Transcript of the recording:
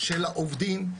של העובדים,